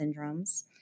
syndromes